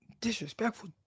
Disrespectful